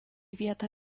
vietą